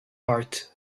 heart